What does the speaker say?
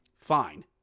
fine